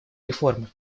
реформы